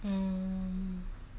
um